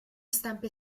stampe